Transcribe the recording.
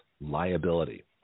liability